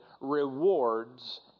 rewards